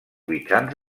mitjans